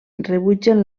rebutgen